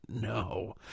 no